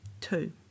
Two